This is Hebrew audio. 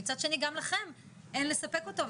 ומצד שני גם לכם אין דרך לספק אותו,